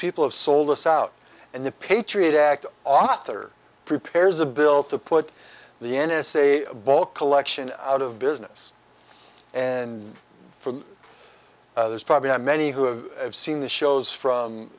people have sold us out and the patriot act author prepares a bill to put the n s a a bulk collection out of business and for there's probably how many who have seen the shows from